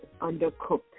undercooked